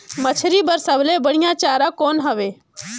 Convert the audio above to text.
मछरी बर सबले बढ़िया चारा कौन हवय?